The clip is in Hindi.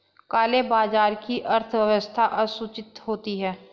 काले बाजार की अर्थव्यवस्था असूचित होती है